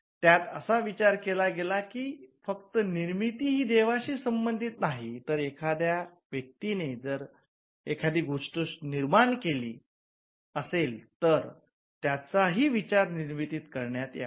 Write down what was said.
त्यात असा विचार केला गेला की फक्त निर्मिती ही देवाशी संबंधित नाही तर एखाद्या व्यक्तीने जर एखादी गोष्ट निर्माण केलेली असेल तर त्याचाही विचार निर्मितीत करण्यात यावा